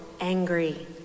angry